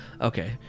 Okay